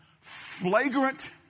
flagrant